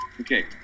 Okay